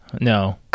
no